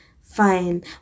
fine